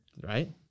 Right